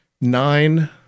nine